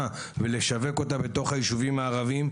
ולשווק אותה בתוך היישובים הערביים,